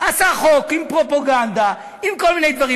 עשה חוק עם פרופגנדה, עם כל מיני דברים.